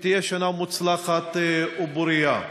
שתהיה שנה מוצלחת ופורייה.